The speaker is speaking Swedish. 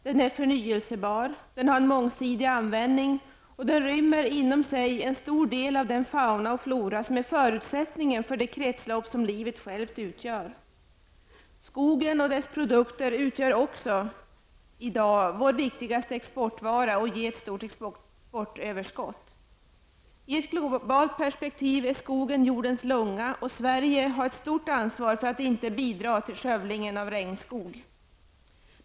Den är förnybar, den har en mångsidig användning och den rymmer inom sig en stor del av den fauna och flora som är förutsättningen för det kretslopp som livet självt utgör. Skogen och dess produkter utgör i dag också vår viktigaste exportvara och ger ett stort exportöverskott. I ett globalt perspektiv är skogen jordens lunga, och Sverige har ett stort ansvar för att inte bidra till skövlingen av regnskog.